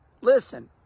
Listen